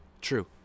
True